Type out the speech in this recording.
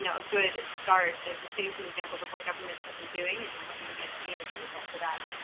you know a good start of just seeing some examples of what governments have been doing and then what you may have seen is the result to that.